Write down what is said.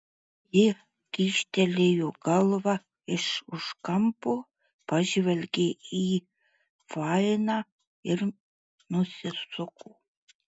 ji kyštelėjo galvą iš už kampo pažvelgė į fainą ir nusisuko